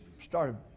started